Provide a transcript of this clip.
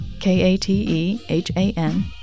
K-A-T-E-H-A-N